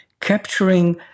capturing